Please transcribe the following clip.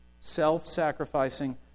Self-sacrificing